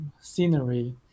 scenery